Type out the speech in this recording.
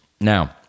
Now